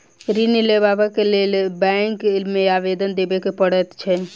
ऋण लेबाक लेल बैंक मे आवेदन देबय पड़ैत छै